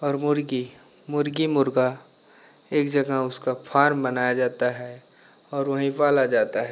और मुर्गी मुर्गी मुर्गा एक जगह उसका फ़ार्म बनाया जाता है और वहीं पाला जाता है